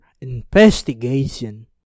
investigation